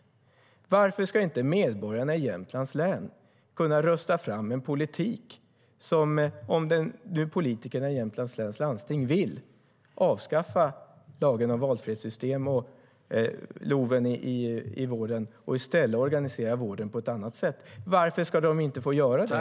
Varför ska inte medborgarna i Jämtlands län få rösta fram politiker i Jämtlands län landsting som vill avskaffa lagen om valfrihetssystem, LOV, och i stället vill organisera vården på annat sätt få göra det?